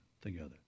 together